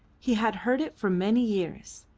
he had heard it for many years,